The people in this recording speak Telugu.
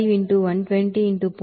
5 into 120 into 0